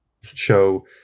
show